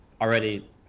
already